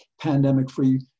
pandemic-free